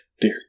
Dear